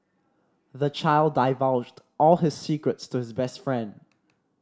the child divulged all his secrets to his best friend